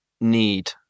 need